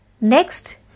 Next